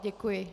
Děkuji.